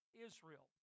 Israel